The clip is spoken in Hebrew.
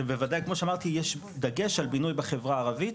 כמו שאמרתי, יש דגש על בינוי בחברה הערבית,